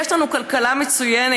יש לנו כלכלה מצוינת,